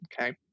Okay